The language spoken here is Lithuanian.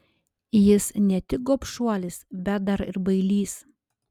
jis ne tik gobšuolis bet dar ir bailys